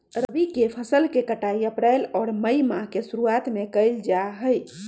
रबी के फसल के कटाई अप्रैल और मई माह के शुरुआत में कइल जा हई